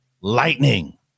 lightning